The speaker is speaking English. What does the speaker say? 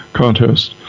contest